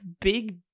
big